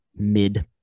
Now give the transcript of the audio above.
Mid